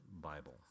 Bible